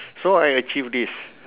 so I achieve this